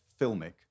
filmic